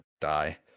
die